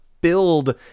build